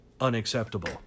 unacceptable